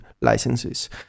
licenses